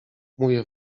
mówię